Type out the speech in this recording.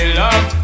love